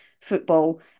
football